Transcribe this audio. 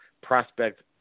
prospect